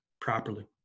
properly